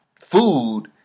food